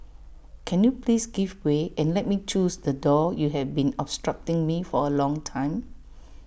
can you please give way and let me close the door you have been obstructing me for A long time